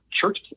church